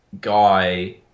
guy